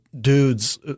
dudes